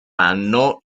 anno